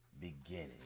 beginning